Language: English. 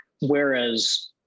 whereas